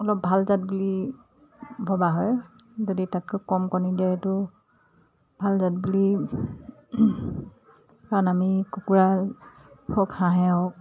অলপ ভাল জাত বুলি ভবা হয় যদি তাতকৈ কম কণী দিয়েটো ভাল জাত বুলি কাৰণ আমি কুকুৰা হওক হাঁহে হওক